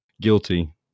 Guilty